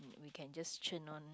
we can just churn on